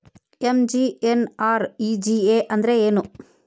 MGNREGA ಅಂದ್ರೆ ಏನು?